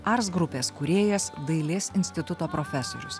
ars grupės kūrėjas dailės instituto profesorius